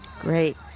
Great